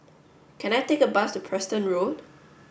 can I take a bus to Preston Road